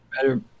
better